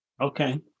Okay